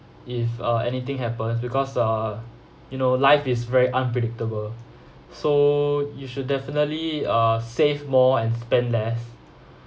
if uh anything happens because uh you know life is very unpredictable so you should definitely uh save more and spend less